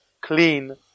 clean